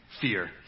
fear